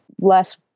less